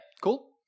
cool